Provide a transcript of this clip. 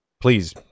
Please